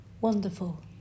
Wonderful